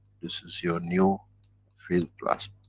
this is your new field plasma.